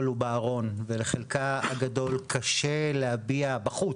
הוא בארון ולחלקה הגדול קשה להביע בחוץ,